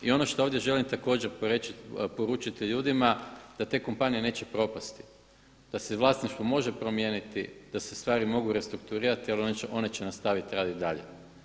I ono što ovdje želim također poručiti ljudima da te kompanije neće propasti, da se vlasništvo može promijeniti, da se stvari mogu restrukturirati, ali one će nastaviti raditi dalje.